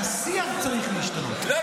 שהשיח צריך להשתנות --- לא,